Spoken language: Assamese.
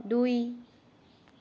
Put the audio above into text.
দুই